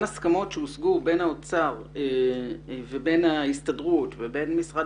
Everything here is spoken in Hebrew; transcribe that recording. הסכמות שהושגו בין האוצר ובין ההסתדרות ובין משרד